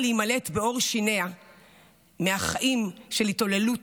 להימלט בעור שיניה מחיים של התעללות,